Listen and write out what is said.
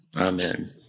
Amen